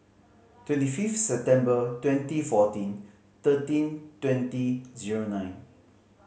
twenty fifth September twenty fourteen thirteen twenty zero nine